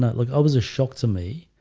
like i was a shock to me?